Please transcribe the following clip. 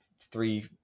three